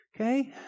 Okay